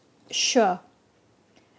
sure